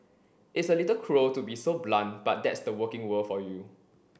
it's a little cruel to be so blunt but that's the working world for you